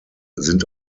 sind